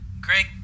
Greg